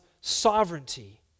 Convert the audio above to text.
sovereignty